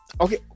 Okay